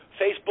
Facebook